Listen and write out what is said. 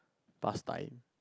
past time